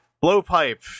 Blowpipe